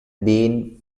been